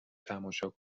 تماشا